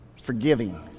forgiving